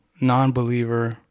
non-believer